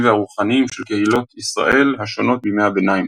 והרוחניים של קהילות ישראל השונות בימי הביניים.